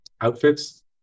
outfits